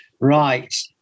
Right